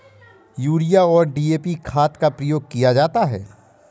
urea और DAP खाद का प्रयोग किया जाता है